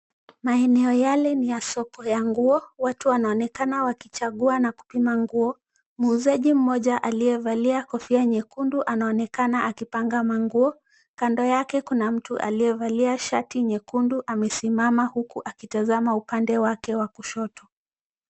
Maeneno yale ni ya soko ya nguo. Watu wanaonekana wakichagua na kupima nguo. Muuzaji mmoja aliyevalia kofia nyekundu anaonekana akipanga manguo. Kando yake kuna mtu aliyevalia shati nyekundu amesimama huku akitazama upande wake wa kushoto.